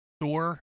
Thor